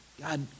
God